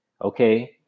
okay